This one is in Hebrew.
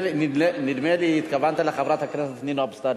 נדמה לי שהתכוונת לחברת הכנסת נינו אבסדזה.